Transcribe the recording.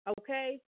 Okay